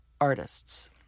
artists